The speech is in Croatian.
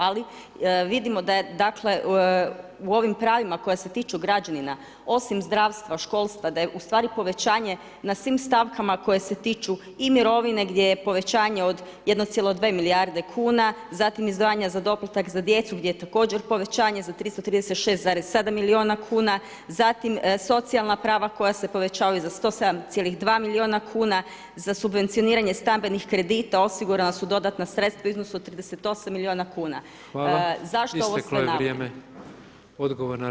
Ali, vidimo, dakle, u ovim pravima koja se tiču građanina, osim zdravstva, školstva, da je u stvari povećanje na svim stavkama koje se tiču i mirovine gdje je povećanje od 1,2 milijarde kuna, zatim izdvajanja za doplatak za djecu gdje je također povećanje za 336,7 milijuna kuna, zatim socijalna prava koja se povećavaju za 107,2 milijuna kuna, za subvencioniranje stambenih kredita osigurana su dodatna sredstva u iznosu od 38 milijuna kuna [[Upadica: Hvala, isteklo je vrijeme]] Zašto sve ovo